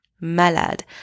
malade